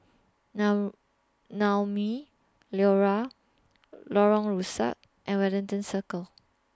Naumi Liora Lorong Rusuk and Wellington Circle